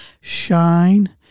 Shine